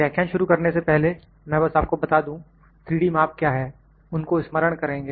व्याख्यान शुरू करने से पहले मैं बस आपको बता दूं 3D माप क्या है उनको स्मरण करेंगे